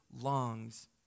longs